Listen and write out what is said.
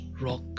rock